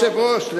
היושב-ראש,